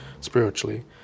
spiritually